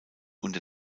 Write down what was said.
unter